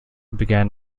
began